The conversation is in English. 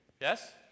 Yes